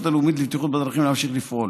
הלאומית לבטיחות בדרכים להמשיך לפעול.